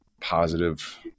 positive